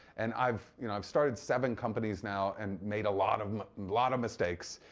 and i've you know i've started seven companies now and made a lot of lot of mistakes.